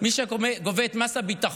מי שגובה את מס הביטחון